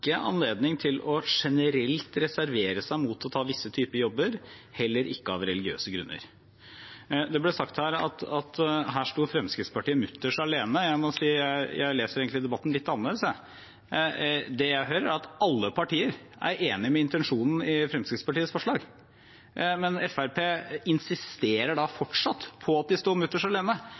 er anledning til generelt å reservere seg mot å ta visse typer jobber, heller ikke av religiøse grunner. Det ble sagt at her sto Fremskrittspartiet mutters alene. Jeg må si at jeg leser debatten litt annerledes. Det jeg hører, er at alle partier er enig i intensjonen bak Fremskrittspartiets forslag. Men Fremskrittspartiet insisterer fortsatt på at de står mutters alene.